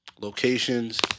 Locations